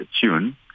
tune